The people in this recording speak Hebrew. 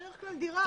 בדרך כלל דירה.